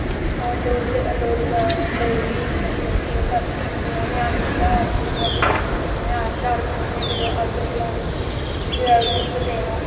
लोह्ड़ी दा लोह्ड़ी दा लोह्ड़ी मतलव की ओह् करना जियां ञ्याणे गी हार हूर बनाईयै देने ञ्याणे हार शार पाने फिर अग्ग जलानी फिर अर्ग उर्ग देना